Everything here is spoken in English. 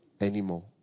anymore